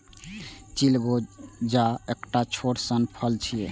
चिलगोजा एकटा छोट सन फल छियै